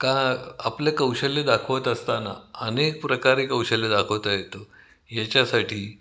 का आपले कौशल्य दाखवत असताना अनेक प्रकारे कौशल्य दाखवता येतं याच्यासाठी